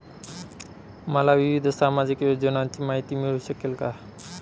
मला विविध सामाजिक योजनांची माहिती मिळू शकेल का?